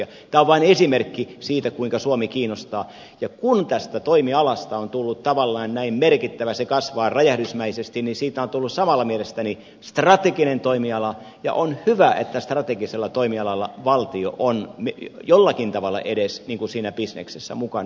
tämä on vain esimerkki siitä kuinka suomi kiinnostaa ja kun tästä toimialasta on tullut tavallaan näin merkittävä se kasvaa räjähdysmäisesti niin siitä on tullut samalla mielestäni strateginen toimiala ja on hyvä että strategisella toimialalla valtio on edes jollakin tavalla siinä bisneksessä mukana